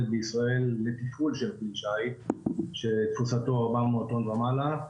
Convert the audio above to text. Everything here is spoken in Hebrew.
בישראל על כלי שיט שתפוסתו 400 טון ומעלה.